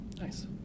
Nice